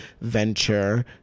venture